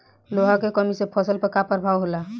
लोहा के कमी से फसल पर का प्रभाव होला?